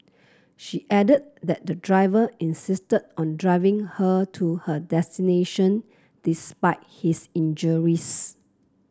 she added that the driver insisted on driving her to her destination despite his injuries